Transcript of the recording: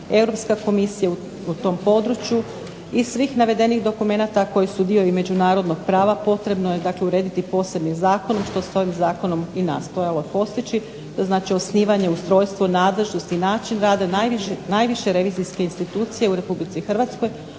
Europska komisija u tom području i svih navedenih dokumenata koji su dio i međunarodnog prava. Potrebno je dakle urediti posebni zakon što se ovim zakonom i nastojalo postići, znači osnivanje, ustrojstvo, nadležnost i način rada najviše revizijske institucije u Republici Hrvatskoj,